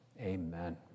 Amen